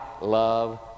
love